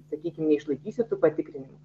sakykim neišlaikysi tų patikrinimų